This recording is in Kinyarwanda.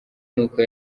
n’uko